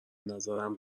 نظرم